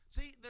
See